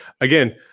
again